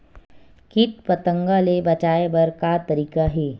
कीट पंतगा ले बचाय बर का तरीका हे?